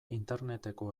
interneteko